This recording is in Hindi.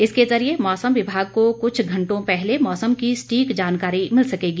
इसके जरिए मौसम विभाग को कुछ घंटो पहले मौसम की सटीक जानकारी मिल सकेगी